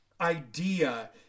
idea